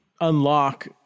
Unlock